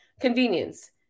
convenience